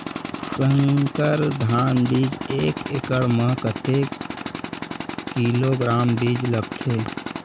संकर धान बीज एक एकड़ म कतेक किलोग्राम बीज लगथे?